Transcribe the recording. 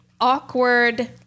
awkward